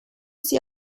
sie